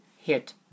hit